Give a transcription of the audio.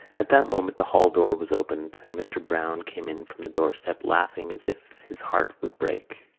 at that moment the hall-door was opened and mr. browne came in from the doorstep, laughing as if his heart would break.